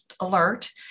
alert